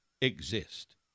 exist